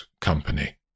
company